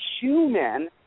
human